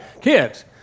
kids